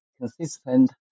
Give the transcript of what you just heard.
consistent